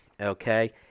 okay